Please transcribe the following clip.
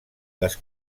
les